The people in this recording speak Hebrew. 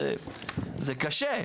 זה קשה.